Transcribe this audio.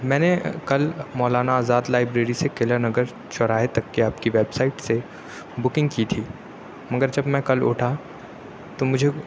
میں نے کل مولانا آزاد لائبریری سے قلعہ نگر چوراہے تک کی آپ کی ویب سائٹ سے بکنگ کی تھی مگر جب میں کل اٹھا تو مجھے